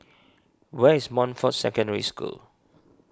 where is Montfort Secondary School